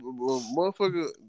motherfucker